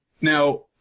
now